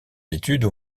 études